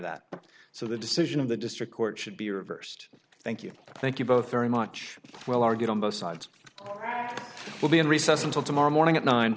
that so the decision of the district court should be reversed thank you thank you both very much well argued on both sides will be in recess until tomorrow morning at nine